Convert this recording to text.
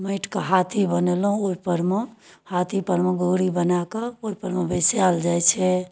माटिके हाथी बनेलहुँ ओइपर मे हाथीपर मे गौड़ी बनाकऽ ओइपर मे बैसायल जाइ छै